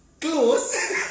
Close